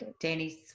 Danny's